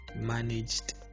managed